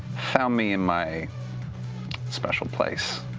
found me in my special place.